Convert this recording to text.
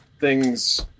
thing's